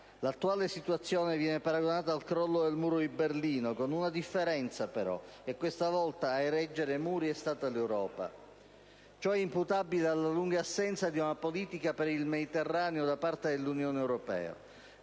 L'attuale situazione viene paragonata al crollo del Muro di Berlino, con una differenza, però, che questa volta a erigere muri è stata l'Europa. Ciò è imputabile alla lunga assenza di una politica per il Mediterraneo da parte dell'Unione europea.